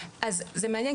זה מעניין.